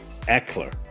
Eckler